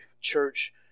Church